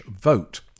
vote